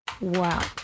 Wow